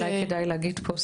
אולי כדאי להגיד פה,